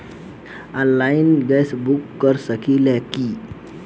Online gas book कर सकिले की?